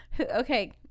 Okay